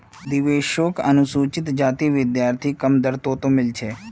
देवेश शोक अनुसूचित जाति विद्यार्थी कम दर तोत मील छे